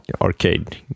arcade